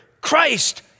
christ